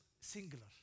singular